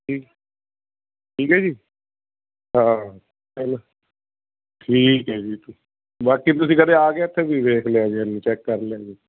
ਜੀ ਠੀਕ ਹੈ ਜੀ ਹਾਂ ਚਲੋ ਠੀਕ ਹੈ ਜੀ ਬਾਕੀ ਤੁਸੀਂ ਕਦੇ ਆ ਗਏ ਇੱਥੇ ਵੀ ਵੇਖ ਲਿਆ ਚੈੱਕ ਕਰ ਲਿਆ ਜੇ